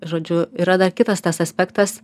žodžiu yra dar kitas tas aspektas